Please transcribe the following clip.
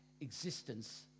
existence